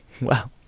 Wow